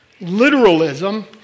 literalism